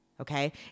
Okay